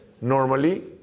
normally